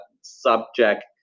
subject